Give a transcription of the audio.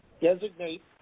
designate